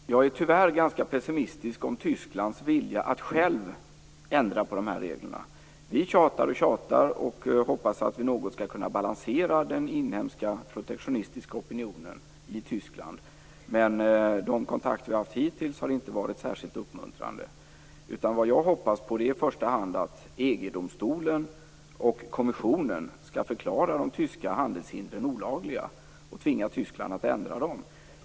Herr talman! Jag är tyvärr ganska pessimistisk om Tysklands vilja att självt ändra på reglerna. Vi tjatar och tjatar och hoppas att vi något skall kunna balansera den inhemska protektionistiska opinionen i Tyskland. Men de kontakter vi har haft hittills har inte varit särskilt uppmuntrande. Jag hoppas på att i första hand EG-domstolen och kommissionen skall förklara de tyska handelshindren olagliga och tvinga Tyskland att ändra dem.